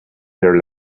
their